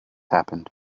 happened